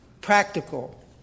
practical